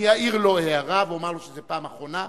אני אעיר לו הערה ואומר לו שזאת הפעם האחרונה.